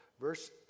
Verse